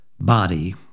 body